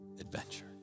adventure